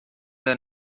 the